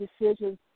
decisions